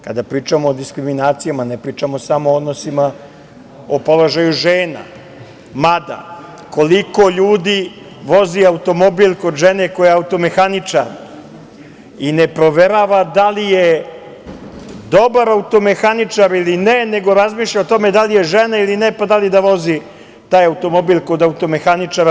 Kada pričamo o diskriminacijama, ne pričamo samo o odnosima, o položaju žena, mada, koliko ljudi vozi automobil kod žene koja je automehaničar i ne proverava da li je dobar automehaničar ili ne, nego razmišlja o tome da li je žena ili ne, pa da li da vozi taj automobil kod automehaničara?